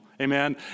Amen